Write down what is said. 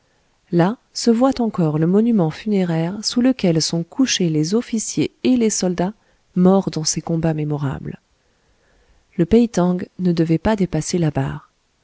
là se voit encore le monument funéraire sous lequel sont couchés les officiers et les soldats morts dans ces combats mémorables le peï tang ne devait pas dépasser la barre